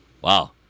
Wow